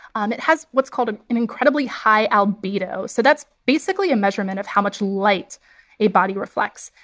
um it has what's called ah an incredibly high albedo. so that's, basically, a measurement of how much light a body reflects.